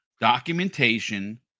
documentation